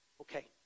okay